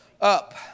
up